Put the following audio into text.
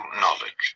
knowledge